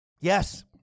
Yes